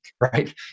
right